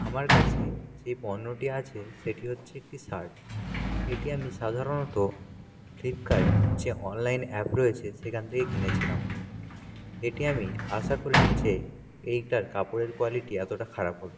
আমার কাছে যে পণ্যটি আছে সেটি হচ্ছে একটি শার্ট এটি আমি সাধারণত ফ্লিপকার্ট যে অনলাইন অ্যাপ রয়েছে সেখান থেকে কিনেছিলাম এটি আমি আশা করিনি যে এইটার কাপড়ের কোয়ালিটি এতটা খারাপ হবে